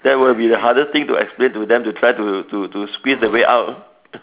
that would be the hardest thing to explain to them to try to to squeeze the way out